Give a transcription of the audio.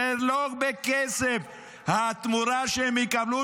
זה לא בכסף, התמורה שהם יקבלו.